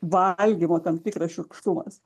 valgymo tam tikras šiurkštumas